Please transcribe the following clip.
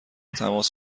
تماس